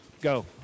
Go